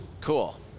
Cool